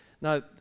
Now